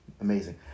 Amazing